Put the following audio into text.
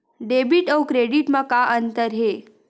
Debit अउ credit म का अंतर हे?